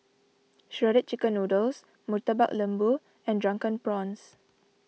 Shredded Chicken Noodles Murtabak Lembu and Drunken Prawns